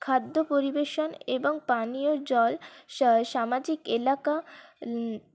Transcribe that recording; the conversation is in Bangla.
খাদ্য পরিবেশন এবং পানীয় জল সামাজিক এলাকা